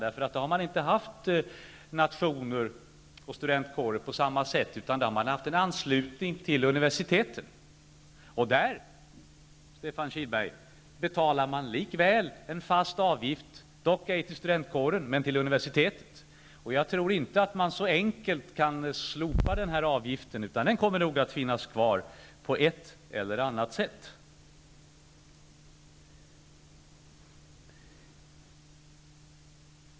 Där har man inte på samma sätt haft nationer och studentkårer, utan en anslutning till universiteten. Där betalar man likväl, Stefan Kihlberg, en fast avgift, dock inte till studentkåren, men till universitetet. Jag tror inte att man så enkelt kan slopa denna avgift. Den kommer nog att finnas kvar på ett eller annat sätt.